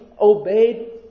obeyed